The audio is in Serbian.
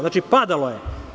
Znači, padalo je.